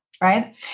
right